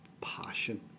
passion